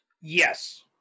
Yes